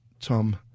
Tom